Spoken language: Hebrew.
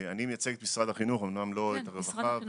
אני מייצג את משרד החינוך, אמנם לא את הרווחה.